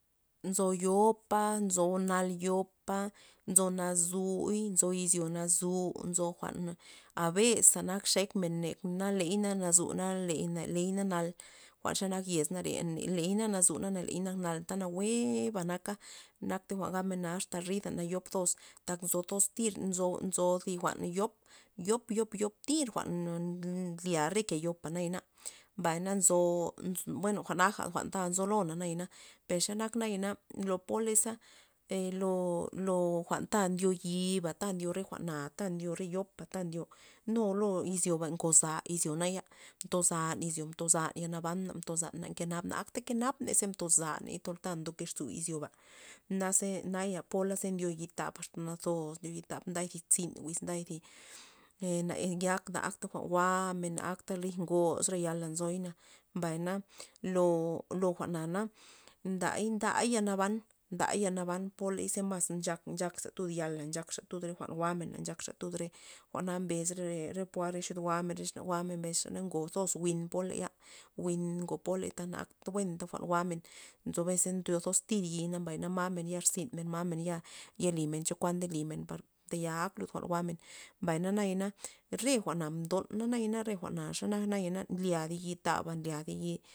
Nzo yopa, nzo nal yopa, nzo nazuy, nzo izyo nazu, nzo jwa'n abesta nak xek men ne na ley na nazu na ley na nal, jwa'n xanak yez nare ley na nazu na ley na nak nal anta nawueba naka nak jwa'n gabmen a rida na yop toz tan nzo toztir nzo thi jwa'n yop yop- yop thir jwa'n nly re ke yopa na, mbay na nzo bueno naja jwa'n ta nzolon jwa'na nayana per xe nak nayana poley lo- lo jwa'n ta ndyo yi'ba ta ndyo re jwa'na ta ndyo re yopa ndyo nu lo izyoba ngoza izyo naya, mtozan izyo mtozan yal nabana mtozan na mkenap na akta kenap ney ze mtozay ze ta ndo kezu izyoba naze naya pola ndyo yi tab asta nazos ndyo yi' tab ndioy tzin wiz nday e na akta jwa'n men na akta ngoxre yala na nzoy, mbay na lo- lo jwa'na na nday- nday yanaban nday polay ze nchak- nchakra tud jwa'men re jwa'na mbes re- re po re xud goamen exna goamen mbesxa ngozos jwi'n poley, njwi'n ngo poley na ak buenta jwa'n jwa'men nzo bes ndyo toztir yi' ba mbay na ma men ya zynmen ma men yamen yelimen chokuan nde limen par tayal ak lud jwa'n jwa'men mbay na nayana re jwa'na mdonna nayana re jwa'na xe nak nlya thi yi' tab nlya thi yi'.